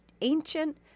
ancient